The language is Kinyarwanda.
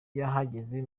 yahageze